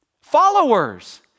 Followers